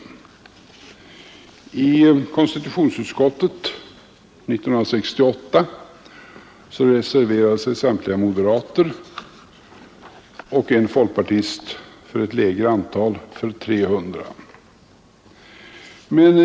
År 1968 reserverade sig samtliga moderater och en folkpartist i konstitutionsutskottet för ett lägre antal, nämligen 300.